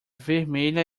vermelha